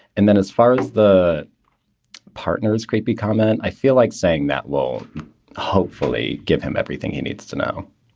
and then as far as the partners creepy comment, i feel like saying that will hopefully give him everything he needs to know.